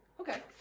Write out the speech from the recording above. okay